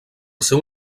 seu